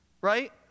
right